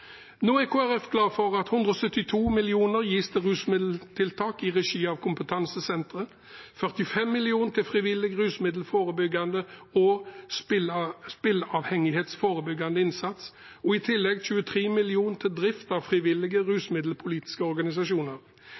Nå er Kristelig Folkeparti glad for at 172 mill. kr gis til rusmiddeltiltak i regi av kompetansesentre, 45 mill. kr til frivillig rusmiddelforebyggende og spilleavhengighetsforebyggende innsats og i tillegg 23 mill. kr til drift av frivillige rusmiddelpolitiske organisasjoner.